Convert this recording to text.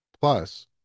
Plus